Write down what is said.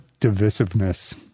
divisiveness